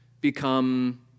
become